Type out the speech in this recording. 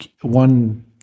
one